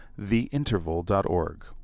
theinterval.org